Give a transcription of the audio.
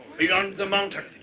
beyond the mountain.